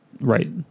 right